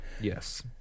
yes